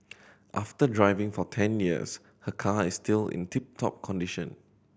after driving for ten years her car is still in tip top condition